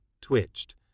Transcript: twitched